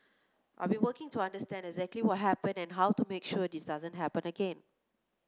I've been working to understand exactly what happened and how to make sure this doesn't happen again